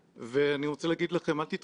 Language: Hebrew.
לומר לחבר הכנסת קיש,